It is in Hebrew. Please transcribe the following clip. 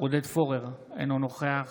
עודד פורר, אינו נוכח